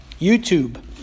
YouTube